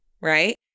right